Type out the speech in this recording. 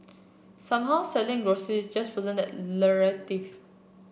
somehow selling groceries just wasn't that lucrative